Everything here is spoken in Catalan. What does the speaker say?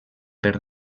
per